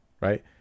Right